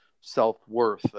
self-worth